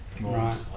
Right